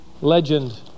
legend